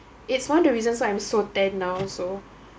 it's one of the reasons why I am so tan now so